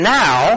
now